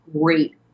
great